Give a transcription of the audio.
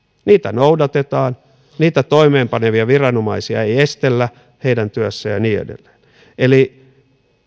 niitä noudatetaan niitä toimeenpanevia viranomaisia ei estellä heidän työssään ja niin edelleen eli